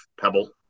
Pebble